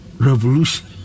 revolution